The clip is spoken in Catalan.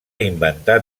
inventar